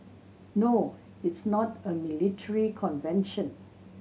no it's not a military convention